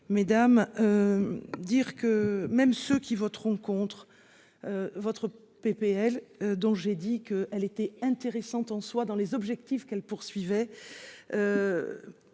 Mesdames. Dire que même ceux qui voteront contre. Votre PPL dont j'ai dit que, elle était intéressante en soi dans les objectifs qu'elle poursuivait.